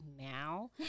now